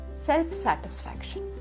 Self-satisfaction